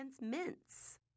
mints